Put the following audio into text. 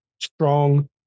strong